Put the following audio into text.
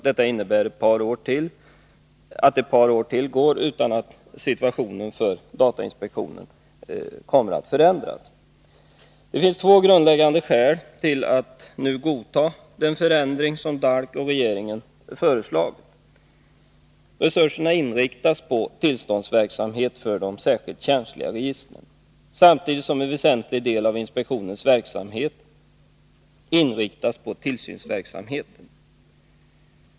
Detta innebär att ett par år till går utan att situationen för datainspektionen förändras. Det finns två grundläggande skäl till att nu godta den förändring som DALK och regeringen föreslår. Resurserna inriktas på tillståndsverksamhet för de särskilt känsliga registren, samtidigt som en väsentlig del av inspektionens verksamhet inriktas på tillsynsverksamheten.